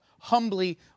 humbly